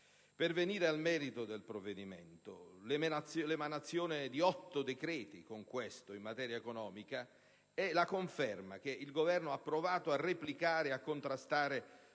Per venire al merito del provvedimento, l'emanazione di otto decreti, con questo, in materia economica è la conferma che il Governo ha provato a replicare e a contrastare,